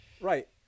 right